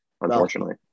Unfortunately